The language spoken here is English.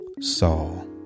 Saul